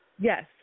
Yes